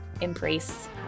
embrace